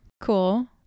cool